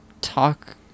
talk